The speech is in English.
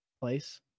place